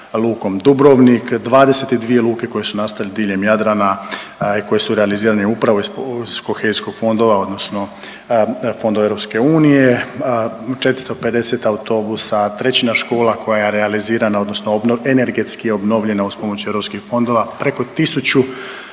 lukom Dubrovnik, 22 luke koje su nastale diljem Jadrana i koje su realizirane upravo iz kohezijskih fondova, odnosno fondova EU. 450 autobusa, trećina škola koja je realizirana, odnosno energetski obnovljena uz pomoć europskih fondova. Preko 1000 projekata